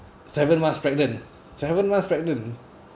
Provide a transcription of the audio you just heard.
seven months pregnant seven months pregnant